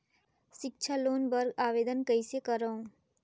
सिक्छा लोन बर आवेदन कइसे करव?